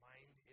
Mind